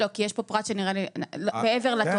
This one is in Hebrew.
לא, כי יש פה פרט מעבר לתוכן.